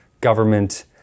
government